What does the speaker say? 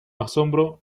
asombro